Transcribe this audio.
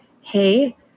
hey